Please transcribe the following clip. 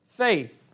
faith